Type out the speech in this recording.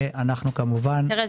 ואנחנו כמובן --- תראה,